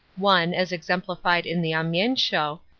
one, as exemplified in the amiens show,